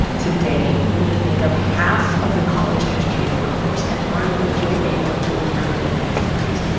today, women make up half of the college-educated workforce, and earn the majority of four-year and advanced degrees.